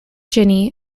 ginny